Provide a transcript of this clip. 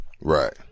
Right